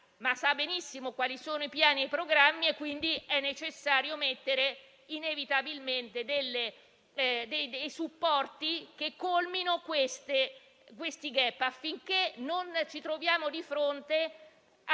si sa benissimo quali sono i piani e i programmi. È quindi necessario stabilire inevitabilmente dei supporti che colmino questi *gap*, affinché non ci troviamo di fronte a